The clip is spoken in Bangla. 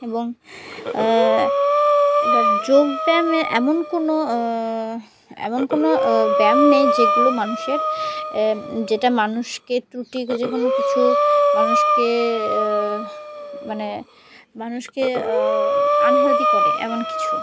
এবং এবার যোগ ব্যায়ামের এমন কোনো এমন কোনো ব্যায়াম নেই যেগুলো মানুষের যেটা মানুষকে ত্রুটি যে কোনো কিছু মানুষকে মানে মানুষকে আনহেলদি করে এমন কিছু